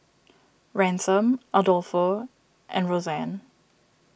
Ransom Adolfo and Rosanne